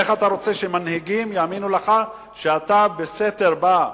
איך אתה רוצה שמנהיגים יאמינו לך כשאתה בסתר בא,